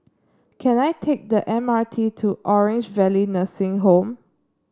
can I take the M R T to Orange Valley Nursing Home